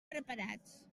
preparats